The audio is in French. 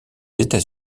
états